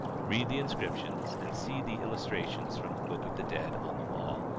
read the inscriptions, and see the illustrations from the book of the dead on the wall,